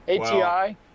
ati